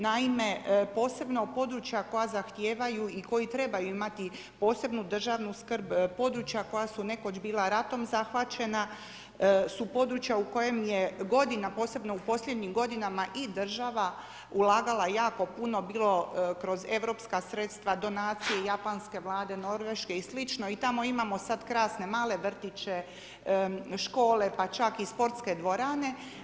Naime, posebno područja koja zahtijevaju i koji trebaju imati posebnu državnu skrb područja koja su nekoć bila ratom zahvaćena su područja u kojem godina posebno u posljednjim godinama i država ulagala jako puno bilo kroz europska sredstva, donacije Japanske vlade, Norveške i slično i tamo imamo sada krasne male vrtiće, škole pa čak i sportske dvorane.